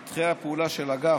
1. שטחי הפעולה של האגף